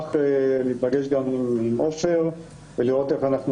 ונשמח להיפגש גם עם עופר ולראות איך אנחנו